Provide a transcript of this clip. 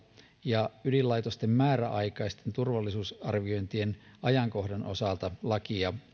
ja ydinlaitosten määräaikaisten turvallisuusarviointien ajankohdan osalta lakia